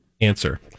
Answer